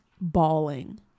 bawling